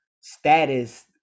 status